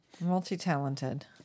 Multi-talented